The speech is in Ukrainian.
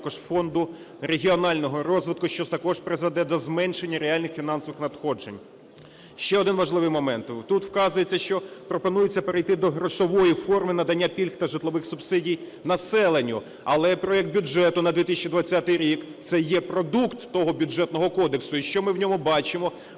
також Фонду регіонального розвитку, що також призведе до зменшення реальних фінансових надходжень, Ще один важливий момент. Тут вказується, що пропонується перейти до грошової форми надання пільг та житлових субсидій населенню, але проект бюджету на 2020 рік – це продукт того Бюджетного кодексу. І що ми в ньому бачимо?